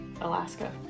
alaska